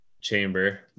chamber